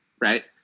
right